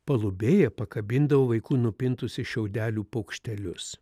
palubėje pakabindavo vaikų nupintus iš šiaudelių paukštelius